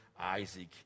isaac